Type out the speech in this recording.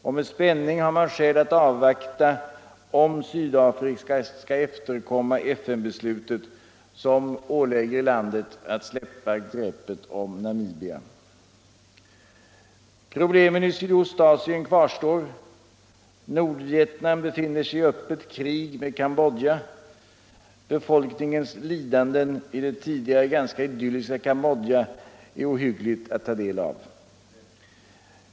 Och med spänning har man skäl att avvakta om Sydafrika skall efterkomma FN-beslutet som ålägger landet att släppa greppet om Namibia. Problemen i Sydostasien kvarstår. Nordvietnam befinner sig i öppet krig med Cambodja. Befolkningens lidanden i det tidigare ganska idylliska Cambodja är det ohyggligt att ta del av.